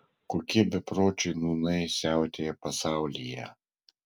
kokie bepročiai nūnai siautėja pasaulyje